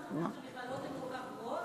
שהמכללות כל כך גרועות?